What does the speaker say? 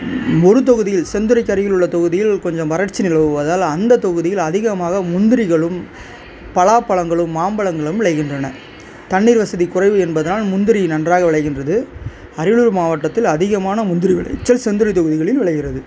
ஒரு தொகுதியில் செந்துறைக்கு அருகில் உள்ள தொகுதியில் கொஞ்சம் வறட்சி நிலவுவதால் அந்த தொகுதியில் அதிகமாக முந்திரிகளும் பலாப்பழங்களும் மாம்பழங்களும் விளைகின்றன தண்ணீர் வசதி குறைவு என்பதனால் முந்தரி நன்றாக விளைகின்றது அரியலூர் மாவட்டத்தில் அதிகமான முந்திரி விளைச்சல் செந்துறை தொகுதிகளில் விளைகிறது